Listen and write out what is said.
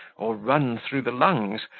or run through the lungs,